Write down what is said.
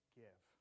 give